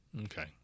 Okay